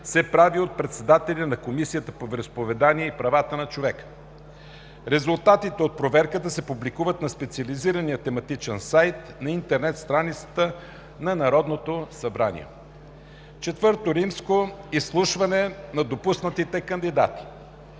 се прави от председателя на Комисията по вероизповеданията и правата на човека. Резултатите от проверката се публикуват на специализирания тематичен сайт на интернет страницата на Народното събрание. IV. Изслушване на допуснатите кандидати.